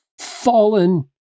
fallen